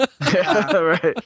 right